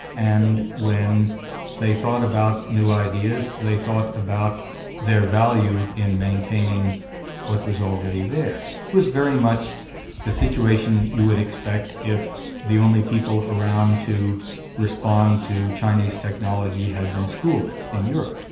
and when they thought about new ideas, they thought about their value in maintaining what was already there. it was very much the situation you would expect if the only people around to respond to chinese technology had been schoolmen in europe.